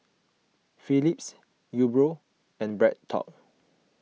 Phillips Umbro and BreadTalk